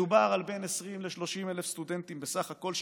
מדובר על בין 20,000 ל-30,000 סטודנטים בסך הכול,